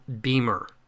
Beamer